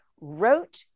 wrote